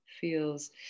feels